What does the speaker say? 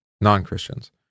non-Christians